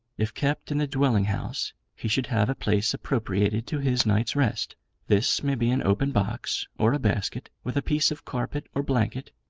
if kept in the dwelling-house he should have a place appropriated to his night's rest this may be an open box, or a basket, with a piece of carpet or blanket,